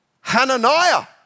Hananiah